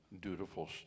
dutiful